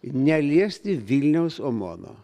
neliesti vilniaus omono